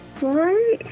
Right